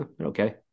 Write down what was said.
Okay